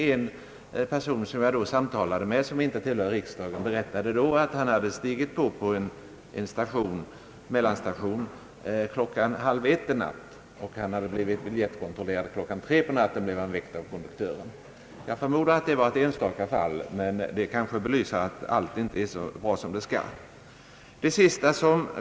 En person som jag då samtalade med och som inte tillhör riksdagen berättade att han hade stigit på vid en mellanstation klockan halv 1 en natt och blivit väckt av konduktören för biljettkontroll klockan 3 på natten. Jag förmodar att det var ett enstaka fall, men det kanske belyser att förhållandena inte alltid är så bra som de borde vara.